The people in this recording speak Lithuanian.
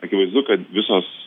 akivaizdu kad visos